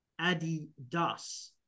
Adidas